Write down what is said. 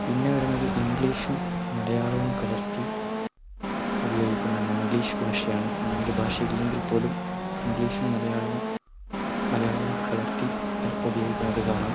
പിന്നെ വരുന്നത് ഇംഗ്ലീഷും മലയാളവും കലർത്തി ഉപയോഗിക്കുന്ന മംഗ്ലീഷ് ഭാഷയാണ് അങ്ങനെയൊരു ഭാഷ ഇല്ലെങ്കിൽ പോലും ഇംഗ്ലീഷും മലയാളവും മലയാളവും കലർത്തി ഉപയോഗിക്കുന്നത് കാണാം